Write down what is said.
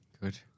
good